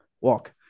walk